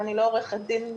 לא עורכת דין,